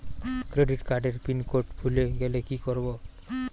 Credit কার্ডের pincode ভুলে গেলে কি করব?